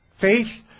Faith